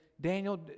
Daniel